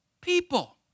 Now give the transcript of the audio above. people